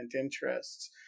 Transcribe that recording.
interests